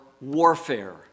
warfare